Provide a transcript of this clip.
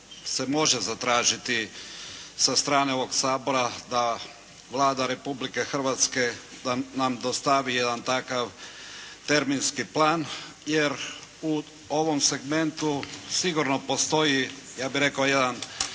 se može zatražiti sa strane ovog Sabora da Vlada Republike Hrvatske da nam dostavi jedan takav terminski plan jer u ovom segmentu sigurno postoji, ja bih rekao jedan